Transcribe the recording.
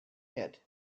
yet